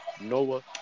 Noah